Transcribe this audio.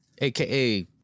aka